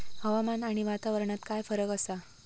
हवामान आणि वातावरणात काय फरक असा?